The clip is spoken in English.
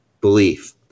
belief